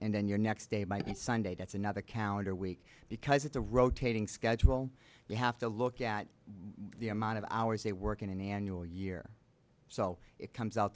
and then your next day by day that's another calendar week because it's a rotating schedule you have to look at the amount of hours they work in an annual year so it comes out